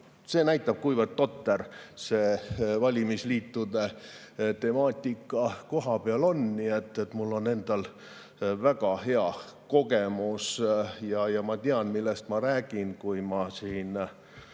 See näitab, kuivõrd totter see valimisliitude temaatika kohapeal on. Mul on endal väga hea kogemus ja ma tean, millest ma räägin, kui ma räägin